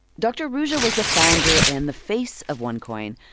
dr. ruja was the founder and the face of onecoin,